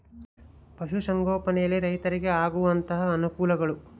ಪಶುಸಂಗೋಪನೆಯಲ್ಲಿ ರೈತರಿಗೆ ಆಗುವಂತಹ ಅನುಕೂಲಗಳು?